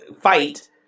fight